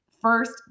first